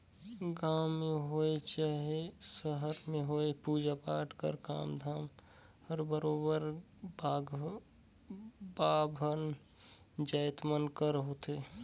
गाँव में होए चहे सहर में होए पूजा पाठ कर काम धाम हर बरोबेर बाभन जाएत मन कर होथे